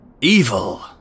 Evil